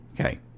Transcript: okay